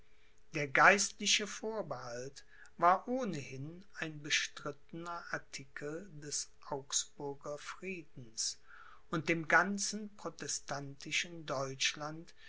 der geistliche vorbehalt war ohnehin ein bestrittener artikel des augsburger friedens und dem ganzen protestantischen deutschland